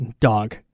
dog